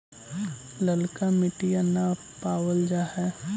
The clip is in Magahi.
ललका मिटीया न पाबल जा है?